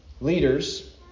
leaders